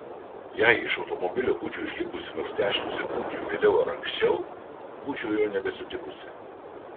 jei iš automobilio būčiau išlipusi nors dešimt sekundžių vėliau ar anksčiau būčiau jo nebesutikusi